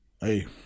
Hey